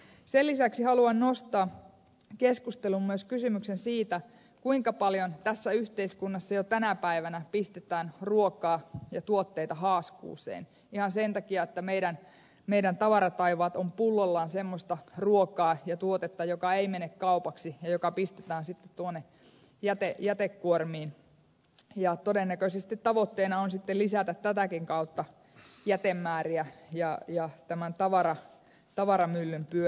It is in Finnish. sen lisäksi haluan nostaa keskusteluun myös kysymyksen siitä kuinka paljon tässä yhteiskunnassa jo tänä päivänä pistetään ruokaa ja tuotteita haaskuuseen ihan sen takia että meidän tavarataivaamme ovat pullollaan sellaista ruokaa ja tuotetta joka ei mene kaupaksi ja joka pistetään sitten tuonne jätekuormiin ja todennäköisesti tavoitteena on lisätä tätäkin kautta jätemääriä ja tämän tavaramyllyn pyöritystä